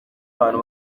abantu